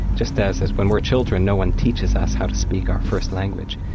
just as as when we're children no one teaches us how to speak our first language.